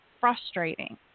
frustrating